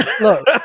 look